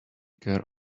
care